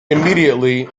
immediately